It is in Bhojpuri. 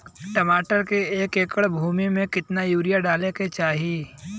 टमाटर के एक एकड़ भूमि मे कितना यूरिया डाले के चाही?